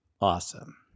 Awesome